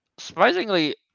Surprisingly